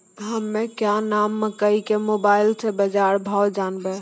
हमें क्या नाम मकई के मोबाइल से बाजार भाव जनवे?